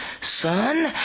son